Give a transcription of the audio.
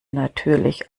natürlich